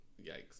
yikes